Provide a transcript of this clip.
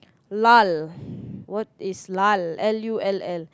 lull what is lull L U L L